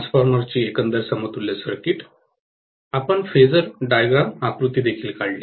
ट्रान्सफॉर्मरची एकंदर समतुल्य सर्किट आपण फेजर आकृती देखील काढली